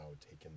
taken